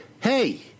Hey